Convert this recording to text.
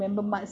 ya